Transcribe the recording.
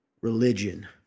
religion